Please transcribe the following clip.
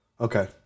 Okay